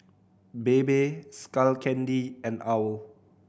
Bebe Skull Candy and owl